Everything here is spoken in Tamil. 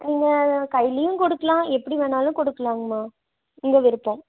நீங்கள் கைலையும் கொடுக்கலாம் எப்படி வேணாலும் கொடுக்கலாங்கம்மா உங்கள் விருப்பம்